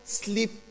sleep